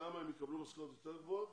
שם הם יקבלו משכורות יותר גבוהות.